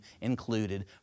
included